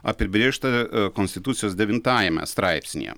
apibrėžta konstitucijos devintajame straipsnyje